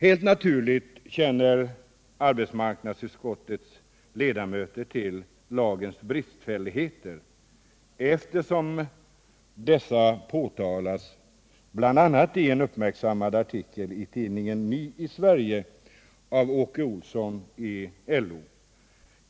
Helt naturligt känner arbetsmarknadsutskottets ledamöter till dagens bristfälligheter, eftersom dessa påtalats bl.a. i en uppmärksammad artikel i tidningen Ny i Sverige av Åke Olsson i LO.